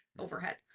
overhead